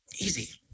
easy